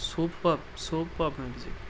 superb سوپب music